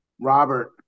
Robert